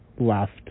left